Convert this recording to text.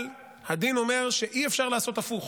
אבל הדין אומר שאי-אפשר לעשות הפוך,